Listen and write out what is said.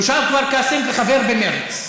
תושב כפר-קאסם וחבר במרצ.